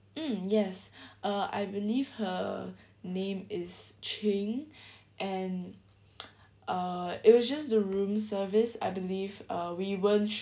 mm yes uh I believe her name is ching and uh it was just the room service I believe we weren't s~